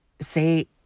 say